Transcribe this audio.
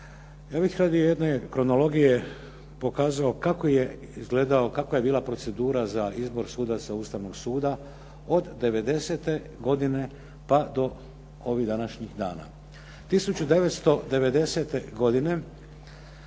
Ja bih radi jedne kronologije pokazao kakva je bila procedura za izbor sudaca Ustavnog suda od '90. godine pa do ovih današnjih dana.